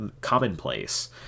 commonplace